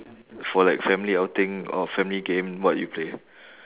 for like family outing or family game what you play